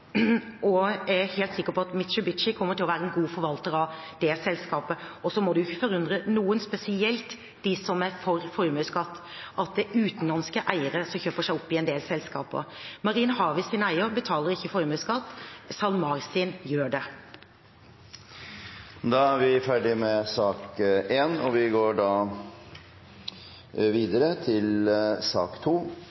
og jeg er helt sikker på at Mitsubishi kommer til å være en god forvalter av det selskapet. Så må det ikke forundre noen, spesielt ikke dem som er for formuesskatt, at det er utenlandske eiere som kjøper seg opp i en del selskaper. Marine Harvests eier betaler ikke formuesskatt. SalMars eier gjør det. Dermed er den muntlige spørretimen omme. Jeg takker for denne anledningen til å orientere Stortinget om utviklingen i Irak og